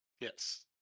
yes